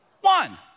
One